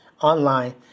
online